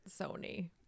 Sony